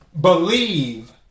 believe